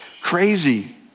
crazy